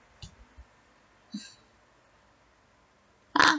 ah